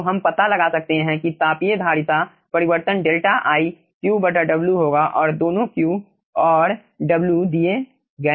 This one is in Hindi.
तो हम पता लगा सकते हैं कि तापीय धारिता परिवर्तन डेल्टा i Q बटा W होगा और दोनों Q और W दिया गए है